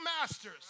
masters